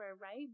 right